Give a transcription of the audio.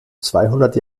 zweihundert